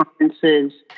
conferences